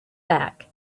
back